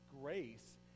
grace